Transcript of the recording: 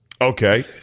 Okay